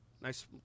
Nice